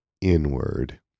inward